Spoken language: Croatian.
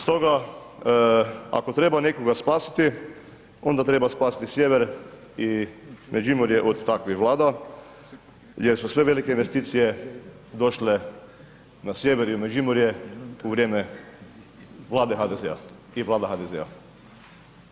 Stoga ako treba nekoga spasiti onda treba spasiti sjever i Međimurje od takvih vlada jer su sve velike investicije došle na sjever i u Međimurje u vrijeme Vlade HDZ-a i vlada HDZ-a.